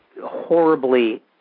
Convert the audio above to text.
horribly